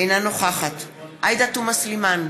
אינה נוכחת עאידה תומא סלימאן,